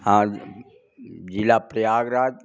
हाँ ज़िला प्रयागराज